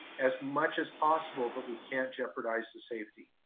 as much as possible, but we can't jeopardize the safety.